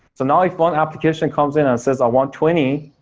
so now if one application comes in and says i want twenty,